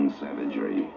savagery